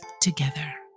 together